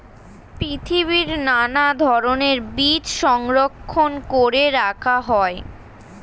পৃথিবীর নানা ধরণের বীজ সংরক্ষণ করে রাখা হয়